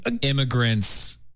immigrants